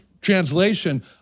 translation